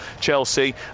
Chelsea